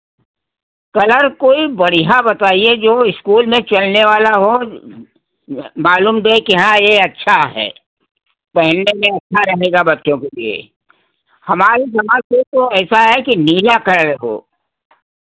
colour कोई बढ़ियाँ बताइए जो इस्कूल में चलने वाला हो मालूम दे कि हाँ ये अच्छा है पहनने में अच्छा रहेगा बच्चों के लिए हमारे ख्याल से तो ऐसा है कि नीला कलर हो